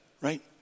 right